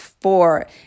four